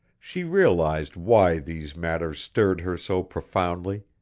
she realized why these matters stirred her so profoundly,